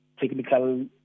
technical